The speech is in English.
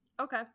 Okay